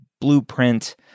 blueprint